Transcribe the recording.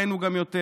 וראינו גם יותר.